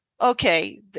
okay